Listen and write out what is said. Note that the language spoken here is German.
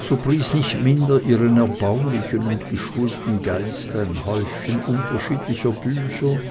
so pries nicht minder ihren erbaulichen und geschulten geist ein häufchen unterschiedlicher bücher